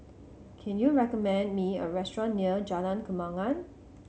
can you recommend me a restaurant near Jalan Kembangan